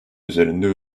üzerinde